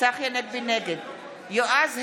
יועז הנדל,